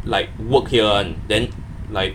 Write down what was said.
like work here [one] then like